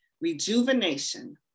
rejuvenation